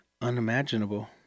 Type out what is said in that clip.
unimaginable